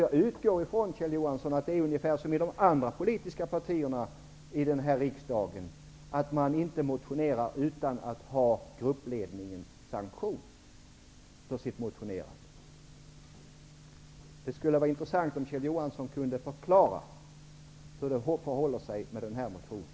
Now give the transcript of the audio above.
Jag utgår från, Kjell Johansson, att det i Folkpartiet liksom i andra partier här i riksdagen är så, att man inte väcker motioner utan gruppledningens sanktion. Det skulle vara intressant att höra Kjell Johansson förklara hur det förhåller sig med den här motionen.